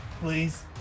please